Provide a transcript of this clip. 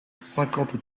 cinquante